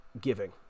giving